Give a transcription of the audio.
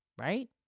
Right